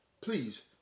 please